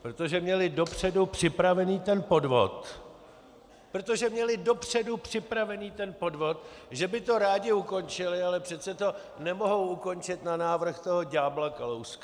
Protože měli dopředu připravený ten podvod, protože měli dopředu připravený ten podvod , že by to rádi ukončili, ale přece to nemohou ukončit na návrh toho ďábla Kalouska.